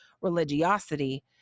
religiosity